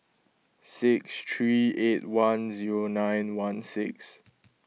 six three eight one zero nine one six